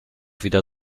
wieder